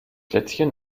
lätzchen